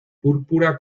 púrpura